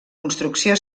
construcció